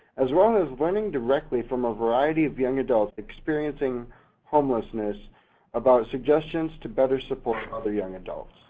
as well as learning directly from a variety of young adults experiencing homelessness about suggestions to better support other young adults.